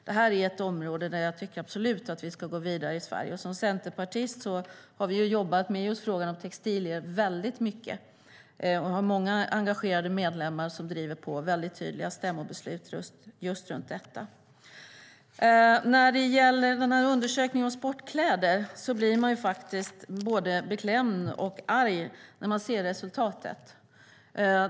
Det här är ett område jag tycker att vi i Sverige absolut ska gå vidare på, och vi i Centerpartiet har jobbat mycket med just frågan om textilier. Vi har många engagerade medlemmar som driver på och väldigt tydliga stämmobeslut runt just detta. När det gäller undersökningen av sportkläder blir man både beklämd och arg när man ser resultatet.